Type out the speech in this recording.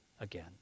again